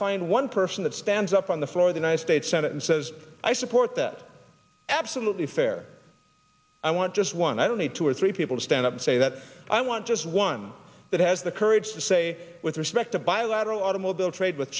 find one person that stands up on the floor the united states senate and says i support that absolutely fair i want just one i don't need two or three people to stand up and say that i want just one that has the courage to say with respect to bilateral automobile trade with